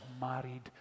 married